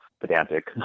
pedantic